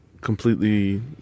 completely